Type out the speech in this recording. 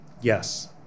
Yes